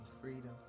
freedom